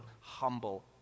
humble